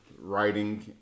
writing